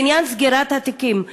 בעניין סגירת התיקים.